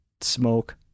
smoke